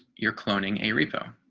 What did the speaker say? your cloning a repo.